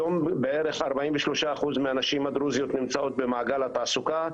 היום בערך 43 אחוז מהנשים הדרוזיות נמצאות במעגל התעסוקה,